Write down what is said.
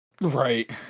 Right